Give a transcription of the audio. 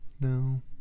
No